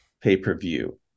pay-per-view